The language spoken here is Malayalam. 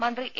മന്ത്രി എ